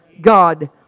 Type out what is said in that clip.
God